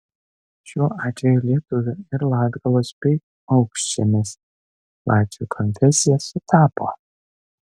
šiuo atveju lietuvių ir latgalos bei aukšžemės latvių konfesija sutapo